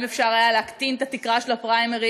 אם אפשר היה להקטין את התקרה של הפריימריז,